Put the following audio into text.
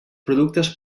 productes